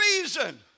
reason